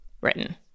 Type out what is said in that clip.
written